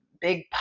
big